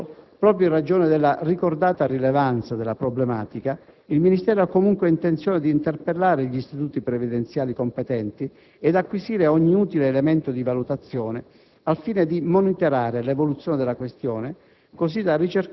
Peraltro, proprio in ragione della ricordata rilevanza della problematica, il Ministero ha comunque intenzione di interpellare gli istituti previdenziali competenti ed acquisire ogni utile elemento di valutazione, al fine di monitorare l'evoluzione della questione,